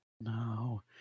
No